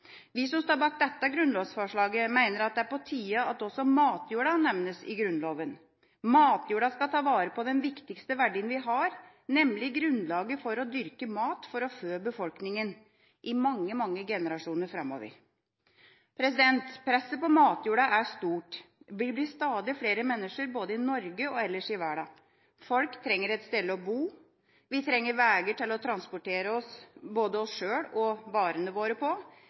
på tide at også matjorda nevnes i Grunnloven. Matjorda skal ta vare på den viktigste verdien vi har, nemlig grunnlaget for å dyrke mat for å fø befolkningen i mange, mange generasjoner framover. Presset på matjorda er stort. Vi blir stadig flere mennesker både i Norge og ellers i verden. Folk trenger et sted å bo. Vi trenger veier til å transportere både oss sjøl og varene våre på.